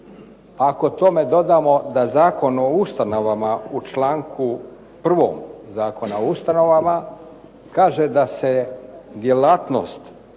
Ako tome dodamo da Zakon o ustanovama, u čl. 1. Zakona o ustanovama kaže da se djelatnost